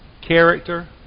character